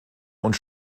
und